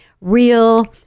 real